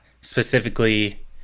Specifically